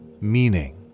meaning